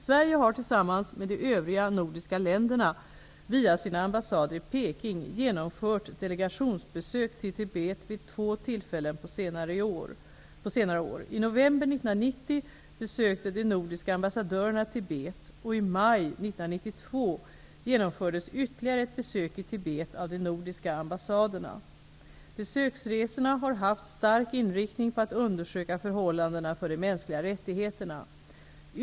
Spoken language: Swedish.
Sverige har tillsammans med de övriga nordiska länderna via sina ambassader i Peking genomfört delegationsbesök i Tibet vid två tillfällen under senare år. I november 1990 besökte de nordiska ambassadörerna Tibet, och i maj 1992 genomfördes ytterligare ett besök i Tibet av de nordiska ambassaderna. Besöksresorna har haft stark inriktning på att undersöka förhållandena för de mänskliga rättigheterna.